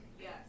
Yes